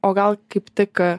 o gal kaip tik